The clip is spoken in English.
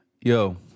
Yo